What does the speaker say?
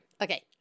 Okay